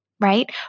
Right